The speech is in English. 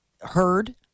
heard